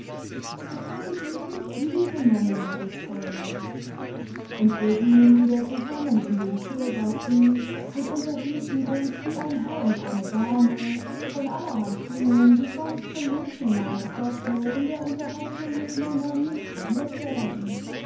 das hab ich ihnen nicht übel genommen liebes fräulein und wir gingen wieder zusammen in den tiergarten und unterhielten uns wie ein herr und eine dame von allerhand dingen die sonst von mädchen meiner sorte in der unterhaltung mit männern nicht berührt werden